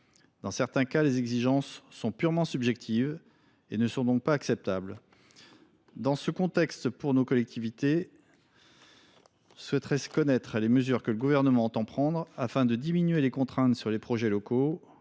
dans certains cas, les exigences purement subjectives des ABF ne sont pas acceptables. Dans le contexte où se trouvent nos collectivités, je souhaiterais savoir quelles mesures le Gouvernement entend prendre pour diminuer les contraintes sur les projets locaux,